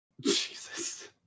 Jesus